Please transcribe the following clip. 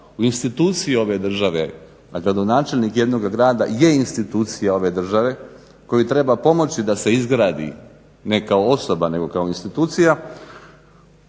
u institucije ove države, a gradonačelnik jednoga grada je institucija ove države kojoj treba pomoći da se izgradi ne kao osoba, nego kao institucija